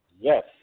Yes